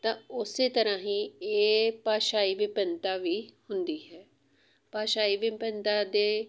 ਤਾਂ ਉਸ ਤਰ੍ਹਾਂ ਹੀ ਇਹ ਭਾਸ਼ਾਈ ਵਿਭਿੰਨਤਾ ਵੀ ਹੁੰਦੀ ਹੈ ਭਾਸ਼ਾਈ ਵਿਭਿੰਨਤਾ ਦੇ